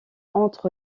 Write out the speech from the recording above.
entre